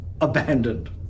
abandoned